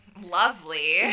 lovely